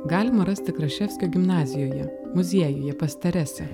galima rasti kraševskio gimnazijoje muziejuje pas teresę